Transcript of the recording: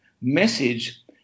message